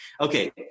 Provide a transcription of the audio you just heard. Okay